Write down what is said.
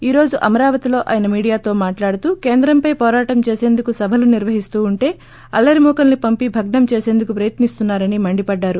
ఈ రోజు అమరావతిలో ఆయన్ మీడియాతో మాట్లాడుతూ కేంద్రంపై పోరాటం చేసేందుకు సభలు నిర్వహిస్తుంటే అల్లరిమూకల్ని పంపి భగ్నం చేసేందుకు ప్రయత్ని స్తున్నారని మండిపడ్డారు